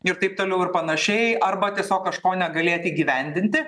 ir taip toliau ir panašiai arba tiesiog kažko negalėti įgyvendinti